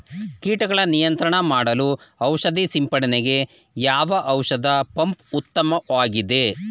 ಕೀಟಗಳ ನಿಯಂತ್ರಣ ಮಾಡಲು ಔಷಧಿ ಸಿಂಪಡಣೆಗೆ ಯಾವ ಔಷಧ ಪಂಪ್ ಉತ್ತಮವಾಗಿದೆ?